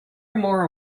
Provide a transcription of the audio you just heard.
more